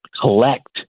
collect